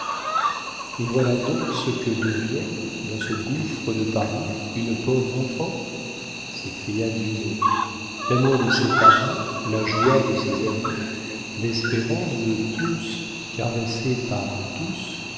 et voilà donc ce que devient dans ce gouffre de paris une pauvre enfant s'écria dumay l'amour de ses parents la joie de ses amis l'espérance de tous caressée par tous